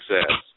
success